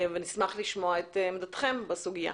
נשמח לשמוע את עמדתכם בסוגיה.